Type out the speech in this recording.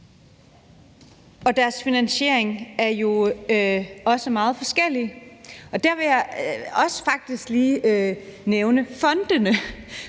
Deres finansiering er jo også meget forskellig, og der vil jeg faktisk også lige nævne fondene.